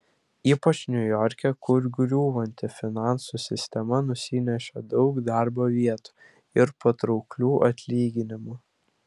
ypač niujorke kur griūvanti finansų sistema nusinešė daug darbo vietų ir patrauklių atlyginimų